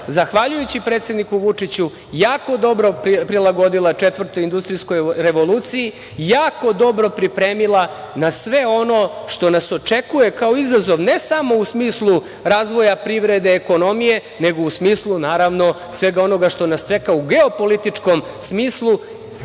zahvaljujući predsedniku Vučiću, jako dobro prilagodila četvrtoj industrijskog revoluciji, jako dobro pripremila na sve ono što nas očekuje kao izazov, ne samo u smislu razvoja privrede, ekonomije, nego u smislu svega onoga što nas čeka u geopolitičkom